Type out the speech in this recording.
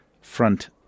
front